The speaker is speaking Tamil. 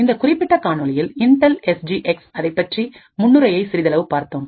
இந்த குறிப்பிட்ட காணொளியில் இன்டெல் எஸ் ஜி எக்ஸ் அதைப்பற்றிய முன்னுரையை சிறிதளவு பார்த்தோம்